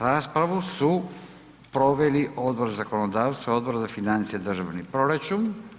Raspravu su proveli Odbor za zakonodavstvo, Odbor za financije i državni proračun.